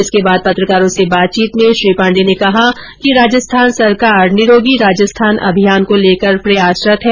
इसके बाद पत्रकारों से बातचीत में श्री पाण्डे ने कहा कि राजस्थान सरकार निरोगी राजस्थान अभियान को लेकर प्रयासरत है